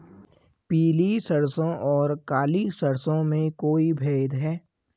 पीली सरसों और काली सरसों में कोई भेद है?